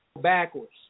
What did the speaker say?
backwards